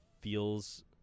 feels